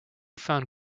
found